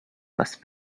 must